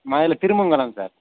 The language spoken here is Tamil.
மதுரையில் திருமங்கலம் சார்